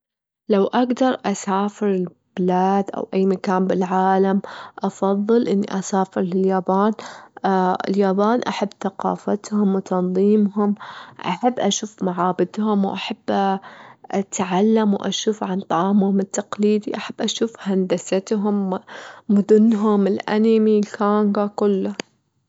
لو أجدر أسافر لبلاد أو أي مكان بالعالم أفضل أني أسافر لليابان، اليابان أحب ثقافتهم وتنظيمهم، أحب أشوف معابدهم وأحب أتعلم وأشوف عن طعامهم التقليدي، أحب أشوف هندستهم مدنهم والأنيمي كله.